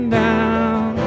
down